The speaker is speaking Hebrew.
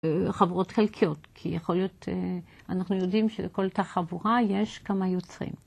חברות חלקיות, כי יכול להיות, אנחנו יודעים שלכל את החבורה יש כמה יוצרים.